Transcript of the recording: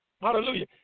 Hallelujah